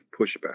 pushback